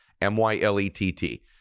M-Y-L-E-T-T